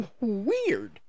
Weird